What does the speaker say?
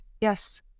Yes